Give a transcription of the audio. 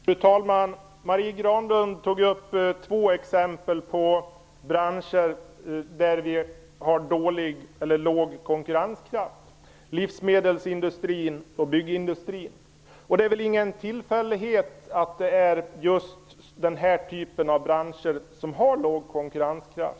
Fru talman! Marie Granlund tog upp två exempel på branscher där vi har låg konkurrenskraft. Det handlar om livsmedelsindustrin och om byggindustrin. Det är ingen tillfällighet att det just är den typen av branscher som har låg konkurrenskraft.